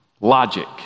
logic